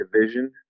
division